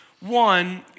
One